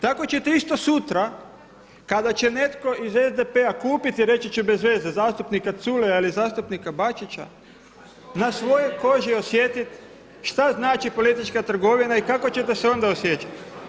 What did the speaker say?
Tako ćete isto sutra kada će netko iz SDP-a kupiti, reći ću bez veze zastupnika Culeja ili zastupnika Bačića na svojoj koži osjetiti što znači politička trgovina i kako ćete se onda osjećati.